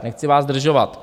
Nechci vás zdržovat.